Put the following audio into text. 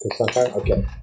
Okay